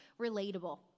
relatable